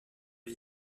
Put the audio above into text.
est